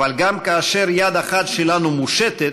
אבל גם כאשר יד אחת שלנו מושטת,